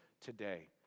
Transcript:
today